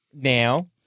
now